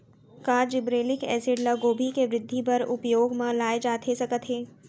का gibberellic acid ल गोभी के वृद्धि बर उपयोग म लाये जाथे सकत हे?